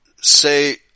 say